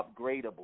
upgradable